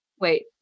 wait